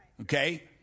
Okay